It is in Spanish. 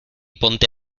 ponte